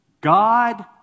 God